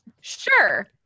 Sure